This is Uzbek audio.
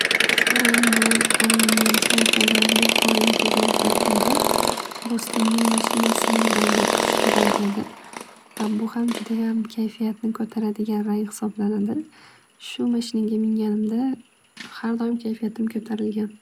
Pushti rang bu men polshada besh oy yashagan paytimda do'stimning mashinasining rangi pushti edi. Va bu ham judayam kayfiyatni ko'taradigan rang hisoblanadi. Shu mashinaga minganimda har doim kayfiyatim ko'tarilgan.